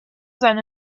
sein